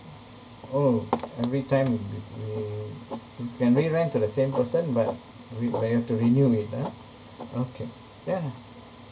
oh every time we we can we rent to the same person but we might have to renew it ah okay yeah